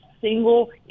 single